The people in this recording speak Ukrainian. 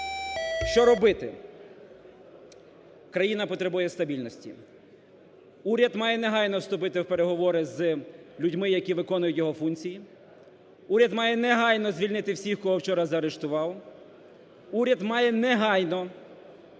Що робити? Країна потребує стабільності. Уряд має негайно вступити в переговори з людьми, які виконують його функції; уряд має негайно звільнити всіх, кого вчора заарештував; уряд має негайно